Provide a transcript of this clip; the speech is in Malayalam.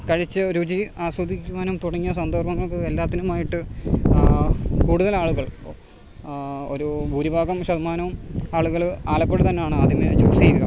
കഴിച്ച് രുചി ആസ്വദിക്കുവാനും തുടങ്ങിയ സന്ദർഭങ്ങള്ക്ക് എല്ലാത്തിനുമായിട്ട് കൂടുതലാളുകൾ ഒരു ഭൂരിഭാഗം ശതമാനവും ആളുകള് ആലപ്പുഴ തന്നാണ് ആദ്യമേ ചൂസെയ്യ്ക